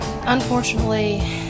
Unfortunately